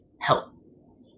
help